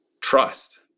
trust